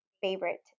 favorite